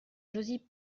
josy